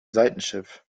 seitenschiff